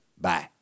Bye